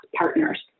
partners